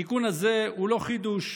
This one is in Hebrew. התיקון הזה הוא לא חידוש.